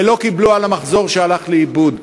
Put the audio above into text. ולא קיבלו על המחזור שהלך לאיבוד.